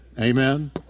Amen